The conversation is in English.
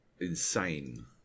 insane